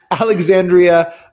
Alexandria